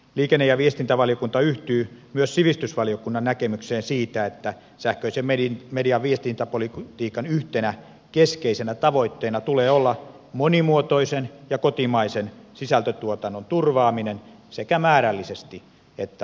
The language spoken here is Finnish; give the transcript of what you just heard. liikenne ja viestintävaliokunta yhtyy myös sivistysvaliokunnan näkemykseen siitä että sähköisen median viestintäpolitiikan yhtenä keskeisenä tavoitteena tulee olla monimuotoisen ja kotimaisen sisältötuotannon turvaaminen sekä määrällisesti että laadullisesti